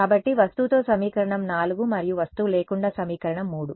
కాబట్టి వస్తువుతో సమీకరణం 4 మరియు వస్తువు లేకుండా సమీకరణం 3